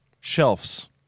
shelves